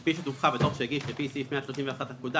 כפי שדווחה בדוח שהגיש לפי סעיף 131 לפקודה,